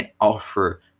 offer